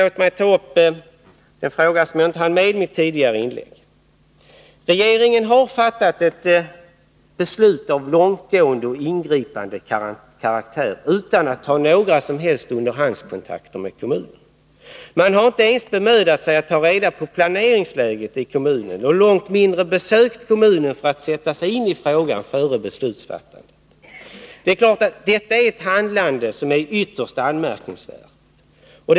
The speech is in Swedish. Låt mig sedan ta upp en fråga som jag inte hann med i mitt tidigare inlägg. Regeringen har fattat ett beslut av långtgående och ingripande karaktär utan att ha haft några som helst underhandskontakter med kommunen. Man har inte ens bemödat sig om att ta reda på planeringsläget i kommunen och långt mindre besökt kommunen för att sätta sig in i frågan före beslutsfattandet. Detta är ett ytterst anmärkningsvärt handlande.